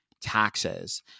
taxes